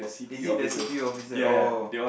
is it the C_P officer oh